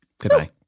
Goodbye